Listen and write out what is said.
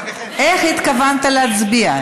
איך אתה מצביע?